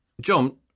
John